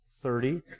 Thirty